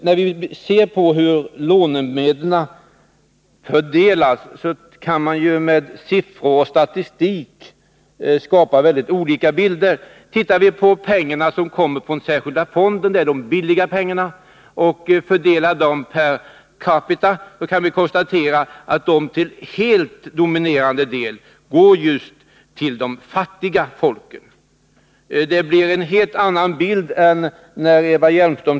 När det gäller fördelningen av lånemedlen kan man med statistik få fram väldigt olika bilder. Ser vi på hur de pengar som kommer från särskilda fonden — och det är de billiga pengarna — fördelas per capita, kan vi konstatera att de till helt dominerande del går just till de fattiga folken. Det blir en helt annan bild än den man får när man lyssnar på Eva Hjelmström.